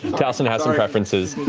taliesin has some preferences.